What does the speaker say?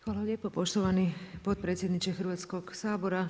Hvala lijepo poštovani potpredsjedniče Hrvatskog sabora.